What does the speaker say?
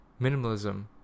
minimalism